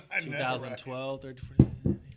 2012